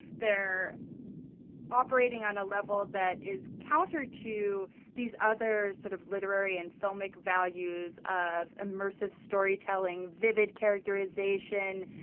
they're operating on a level that is counter to these other sort of literary and filmic values of immersive storytelling, vivid characterization,